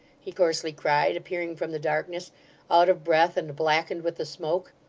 he hoarsely cried, appearing from the darkness out of breath, and blackened with the smoke.